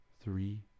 three